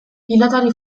pilotari